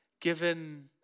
given